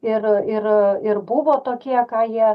ir ir ir buvo tokie ką jie